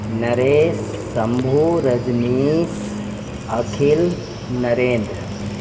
Naresh Shambhu Rajnish Akhil Narendra